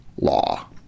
law